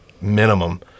minimum